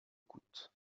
coûte